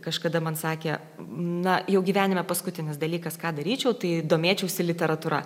kažkada man sakė na jau gyvenime paskutinis dalykas ką daryčiau tai domėčiausi literatūra